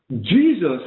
Jesus